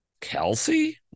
Kelsey